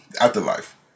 afterlife